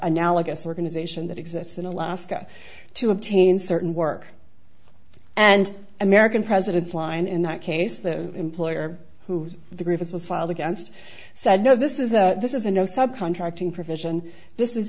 analogous organization that exists in alaska to obtain certain work and american presidents line in that case the employer who the grievance was filed against said no this is a this is a no subcontracting provision this